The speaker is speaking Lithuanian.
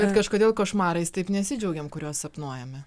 bet kažkodėl košmarais taip nesidžiaugiam kuriuos sapnuojame